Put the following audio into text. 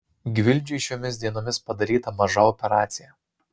gvildžiui šiomis dienomis padaryta maža operacija